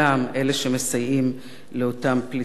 אלה שמסייעים לאותם פליטים,